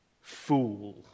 fool